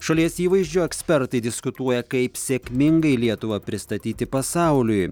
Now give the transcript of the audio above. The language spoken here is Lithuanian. šalies įvaizdžio ekspertai diskutuoja kaip sėkmingai lietuvą pristatyti pasauliui